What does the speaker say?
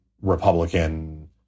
Republican